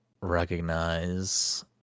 recognize